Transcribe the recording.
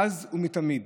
מאז ומתמיד.